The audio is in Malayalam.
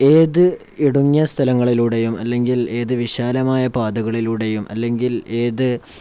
ഏത് ഇടുങ്ങിയ സ്ഥലങ്ങളിലൂടെയും അല്ലെങ്കിൽ ഏത് വിശാലമായ പാതകളിലൂടെയും അല്ലെങ്കിൽ ഏത്